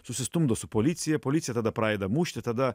susistumdo su policija policija tada pradeda mušti tada